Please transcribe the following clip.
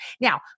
Now